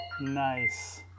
Nice